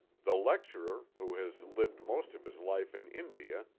the lecturer, who has lived most of his life in india,